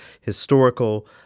historical